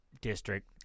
district